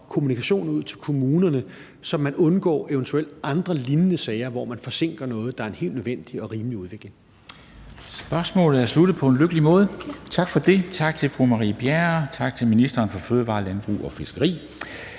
kommunikation ud til kommunerne, så man undgår eventuelle andre lignende sager, hvor man forsinker noget, der er en helt nødvendig og rimelig udvikling. Kl. 13:35 Formanden (Henrik Dam Kristensen): Spørgsmålet er sluttet på en lykkelig måde, tak for det. Tak til fru Marie Bjerre, tak til ministeren for fødevarer, landbrug og fiskeri.